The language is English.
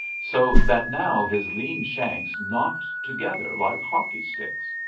so that now his lean shanks knocked together like hockey-sticks.